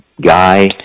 guy